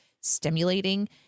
stimulating